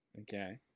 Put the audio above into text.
Okay